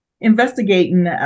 investigating